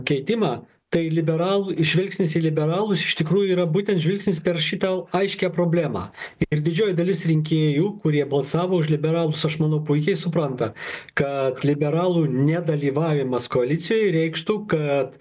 keitimą tai liberalų žvilgsnis į liberalus iš tikrųjų yra būtent žvilgsnis per šitą aiškią problemą ir didžioji dalis rinkėjų kurie balsavo už liberalus aš manau puikiai supranta kad liberalų nedalyvavimas koalicijoj reikštų kad